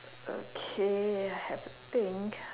okay have to think